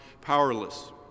powerless